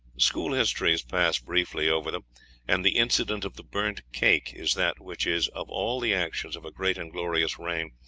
school histories pass briefly over them and the incident of the burned cake is that which is, of all the actions of a great and glorious reign,